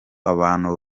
abantu